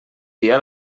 dia